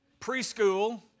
preschool